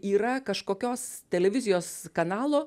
yra kažkokios televizijos kanalo